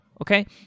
Okay